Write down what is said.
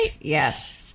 Yes